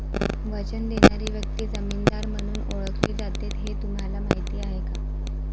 वचन देणारी व्यक्ती जामीनदार म्हणून ओळखली जाते हे तुम्हाला माहीत आहे का?